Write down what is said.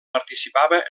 participava